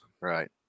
Right